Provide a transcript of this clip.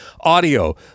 audio